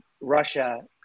Russia